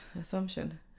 Assumption